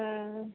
हऽ